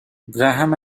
graham